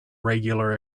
regular